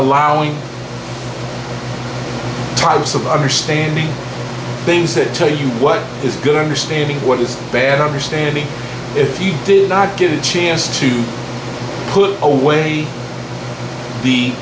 allowing types of understanding things that tell you what is good understanding what is bad understanding if you do not get a chance to put away the